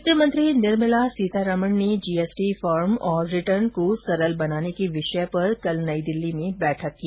वित्त मंत्री निर्मला सीतारमन ने जीएसटी फॉर्म और रिटर्न को सरल बनाने के विषय पर कल नई दिल्ली में बैठक की